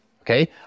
okay